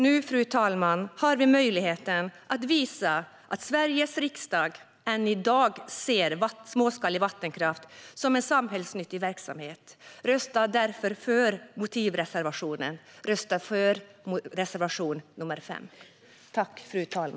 Nu, fru talman, har vi möjligheten att visa att Sveriges riksdag än i dag ser småskalig vattenkraft som en samhällsnyttig verksamhet. Rösta därför för motivreservationen - rösta ja till reservation nr 5!